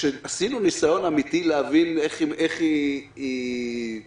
שעשינו ניסיון אמיתי להבין איך היא מבוצעת,